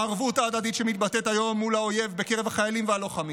הערבות ההדדית שמתבטאת היום מול האויב בקרב החיילים והלוחמים,